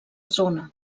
zona